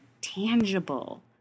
tangible